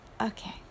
okay